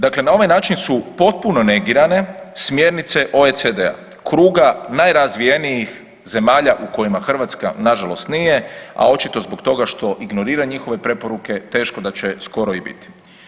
Dakle na ovaj način su potpuno negirane smjernice OECD-a, kruga najrazvijenijih zemalja u kojima Hrvatska nažalost nije, a očito zbog toga što ignorira njihove preporuke, teško da će skoro i biti.